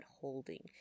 holding